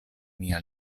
mia